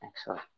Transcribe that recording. Excellent